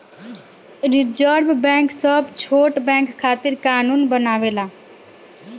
reserve bank सब छोट bank खातिर कानून बनावेला